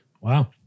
Wow